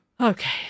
Okay